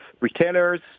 retailers